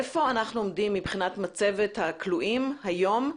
איפה אנחנו עומדים במצבת הכלואים היום,